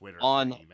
on